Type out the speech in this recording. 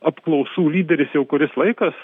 apklausų lyderis jau kuris laikas